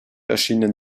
erschienen